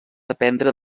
dependre